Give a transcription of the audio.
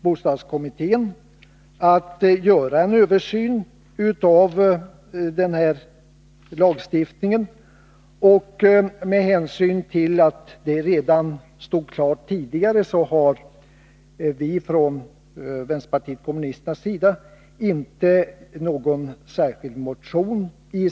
Bostadskommittén kommer att göra en översyn av lagstiftningen. Med hänsyn till att det redan står klart har vi från vpk inte motionerat om detta.